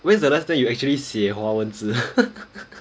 when's the last time you actually 写华文字